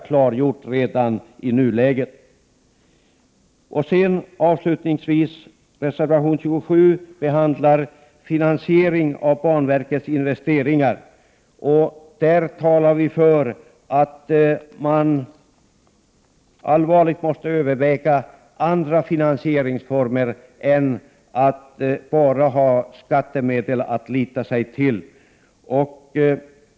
Reservation 27 handlar om finansiering av banverkets investeringar, och där talar vi för att andra finansieringsformer allvarligt måste övervägas än bara skattemedel.